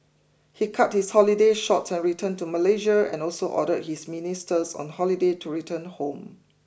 he cut his holiday short and returned to Malaysia and also ordered his ministers on holiday to return home